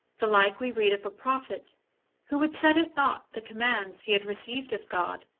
the like we read of a prophet who would set at naught the com mands he had received of god,